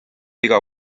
iga